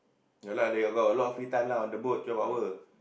ya lah they got a lot of free time lah on the boat twelve hour